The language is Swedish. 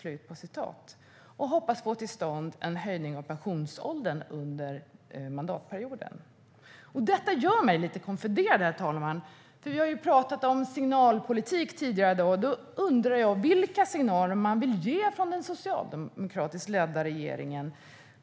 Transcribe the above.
Hon hoppades få till stånd en höjning av pensionsåldern under mandatperioden. Detta gör mig lite konfunderad, herr talman. Vi har pratat om signalpolitik tidigare i dag, och jag undrar vilka signaler den socialdemokratiskt ledda regeringen vill ge.